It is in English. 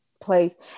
place